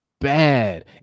bad